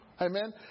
Amen